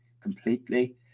completely